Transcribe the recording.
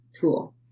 tool